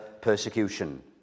persecution